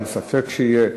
אין ספק שיהיה.